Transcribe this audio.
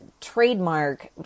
trademark